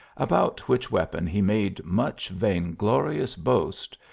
about which weapon he made much vain-glorious boast,